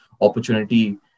opportunity